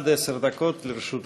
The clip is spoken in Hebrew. תודה למזכירת